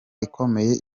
ikomeye